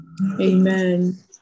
Amen